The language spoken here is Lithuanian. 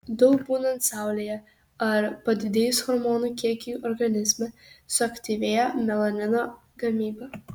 daug būnant saulėje ar padidėjus hormonų kiekiui organizme suaktyvėja melanino gamyba